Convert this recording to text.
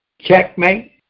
checkmate